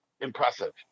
impressive